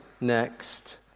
next